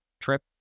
trip